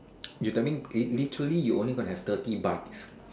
you tell me literally you only going to have thirty bites